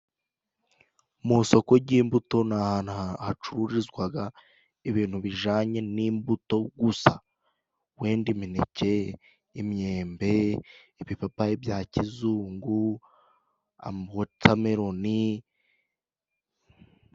Mu isoko ry'imbuto ni ahantu hacururizwaga ibintu bijanye n'imbuto gusa wenda imineke, imyembe, ibipapayi bya kizungu, amawotameroni.